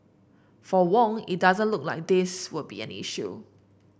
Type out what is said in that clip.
for Wong it doesn't look like this will be an issue